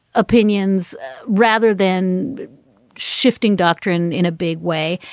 opinions rather than shifting doctrine in a big way.